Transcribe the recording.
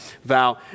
Vow